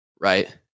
right